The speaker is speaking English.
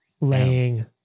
laying